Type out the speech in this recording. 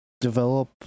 Develop